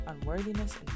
unworthiness